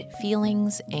Feelings &